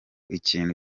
ikintu